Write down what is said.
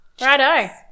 Righto